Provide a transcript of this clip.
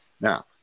Now